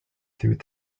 through